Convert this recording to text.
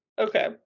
okay